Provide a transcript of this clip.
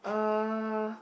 uh